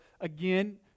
again